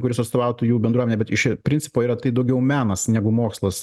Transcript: kuris atstovautų jų bendruomenę bet iš principo yra tai daugiau menas negu mokslas